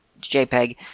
JPEG